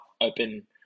open